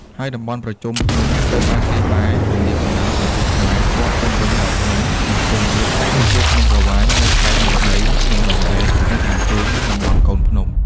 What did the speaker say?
ហើយតំបន់ប្រជុំភ្នំត្រូវបានគេបែ ទំនាបកណ្តាលប្រទេសខ្មែរព័ទ្ធជុំវិញដោយភ្នំ និងខ្ពង់រាប ចែកជា ជួរភ្នំក្រវាញនៅប៉ែកនិរតី ភ្នំដងរែកនៅខាងជើង និងតំបន់កូនភ្នំ ។